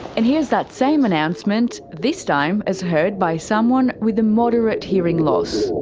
and here's that same announcement, this time as heard by someone with a moderate hearing loss.